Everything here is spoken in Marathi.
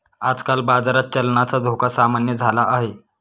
आजकाल बाजारात चलनाचा धोका सामान्य झाला आहे